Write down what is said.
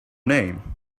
name